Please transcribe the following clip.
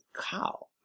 cow